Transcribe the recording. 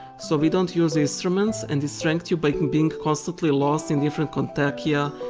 so we don't use instruments and distract you by and being constantly lost in different kontakia,